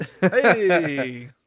Hey